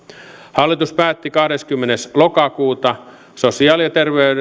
hallitus päätti kahdeskymmenes lokakuuta sosiaali ja